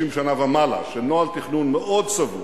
60 שנה ומעלה של נוהל תכנון מאוד סבוך,